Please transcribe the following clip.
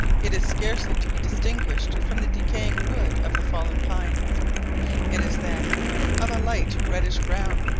it is scarcely to be distinguished from the decaying wood of the fallen pines it is then of a light reddish brown,